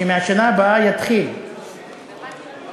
שיתחיל בשנה הבאה,